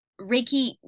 Reiki